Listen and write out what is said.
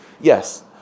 yes